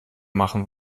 machen